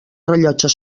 rellotges